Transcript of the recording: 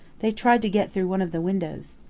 they tried to get through one of the windows.